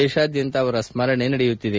ದೇಶಾದ್ಯಂತ ಅವರ ಸ್ಮರಣೆ ನಡೆಯುತ್ತಿದೆ